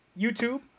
YouTube